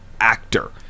actor